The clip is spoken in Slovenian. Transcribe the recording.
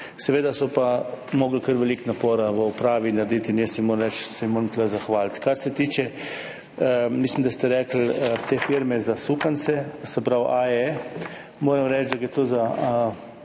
Seveda so pa morali kar veliko napora v upravi narediti in jaz, moram reči, se jim moram tu zahvaliti. Kar se tiče, mislim, da ste govorili o firmi za sukance, se pravi A&E, moram reči, da gre za